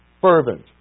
fervent